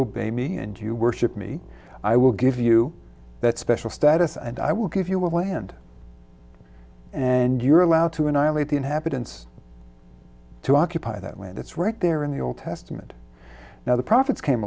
obey me and you worship me i will give you that special status and i will give you will land and you're allowed to annihilate the inhabitants to occupy that when it's right there in the old testament now the prophets came